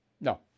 No